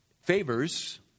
favors